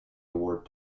award